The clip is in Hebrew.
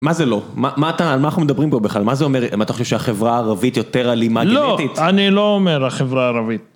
מה זה לא? מה אנחנו מדברים פה בכלל? מה זה אומר אם אתה חושב שהחברה הערבית יותר אלימה גנטית? לא, אני לא אומר החברה הערבית.